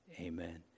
Amen